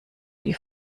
die